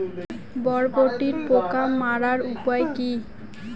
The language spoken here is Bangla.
বরবটির পোকা মারার উপায় কি?